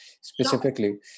specifically